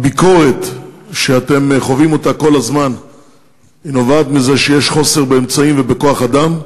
הביקורת שאתם חווים כל הזמן נובעת מזה שיש חוסר באמצעים ובכוח-אדם,